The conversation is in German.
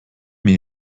mir